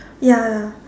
ya ya